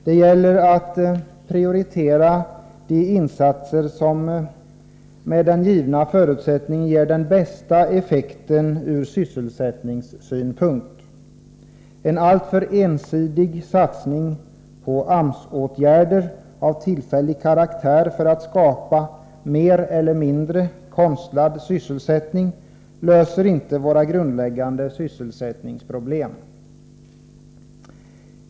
Det gäller att prioritera de insatser som med den givna förutsättningen ger den bästa effekten ur sysselsättningssynpunkt. En alltför ensidig satsning på AMS-åtgärder av tillfällig karaktär för att skapa mer eller mindre konstlad sysselsättning löser inte våra grundläggande sysselsättningsproblem.